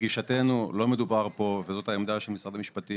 לגישתנו לא מדובר פה וזאת העמדה של משרד המשפטים